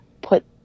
put